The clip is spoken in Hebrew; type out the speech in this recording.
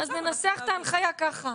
--- בסדר, אז ננסח את ההנחיה ככה.